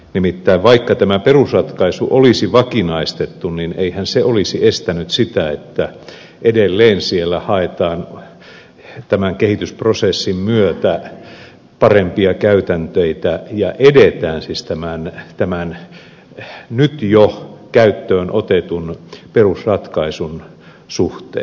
nimittäin vaikka tämä perusratkaisu olisi vakinaistettu niin eihän se olisi estänyt sitä että edelleen siellä haetaan tämän kehitysprosessin myötä parempia käytänteitä ja edetään siis tämän nyt jo käyttöön otetun perusratkaisun suhteen